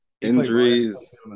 Injuries